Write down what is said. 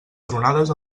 tronades